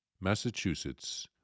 Massachusetts